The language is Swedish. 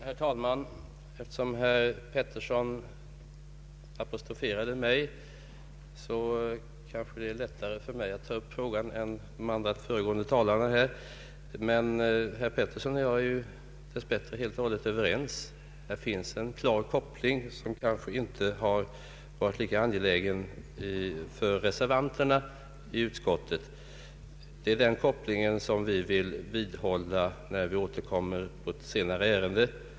Herr talman! Eftersom herr Georg Pettersson apostroferade mig, kanske det är lättare för mig än för de föregående talarna att ta upp frågan. Herr Georg Pettersson och jag är ju dess bättre helt och hållet överens. Det finns en klar koppling, som kanske inte har varit lika angelägen för reservanterna i utskottet. Denna koppling vill vi återkomma till i ett senare ärende.